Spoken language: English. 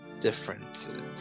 differences